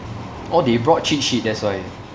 oh they brought cheat sheet that's why